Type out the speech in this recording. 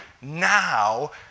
now